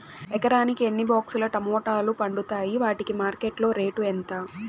ఎకరాకి ఎన్ని బాక్స్ లు టమోటాలు పండుతాయి వాటికి మార్కెట్లో రేటు ఎంత?